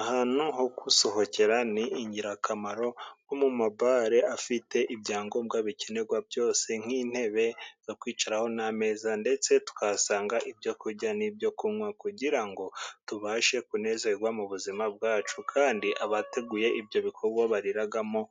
Ahantu ho gusohokera ni ingirakamaro. Nko mu mabare afite ibyangombwa bikenerwa byose nk'intebe zo kwicaraho n'ameza ndetse tukahasanga ibyo kurya n'ibyo kunywa kugira ngo tubashe kunezerwa mu buzima bwacu . Kandi abateguye ibyo bikorwa bariramo